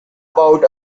about